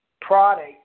product